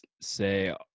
say